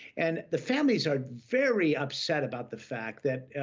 and the families are very upset about the fact that,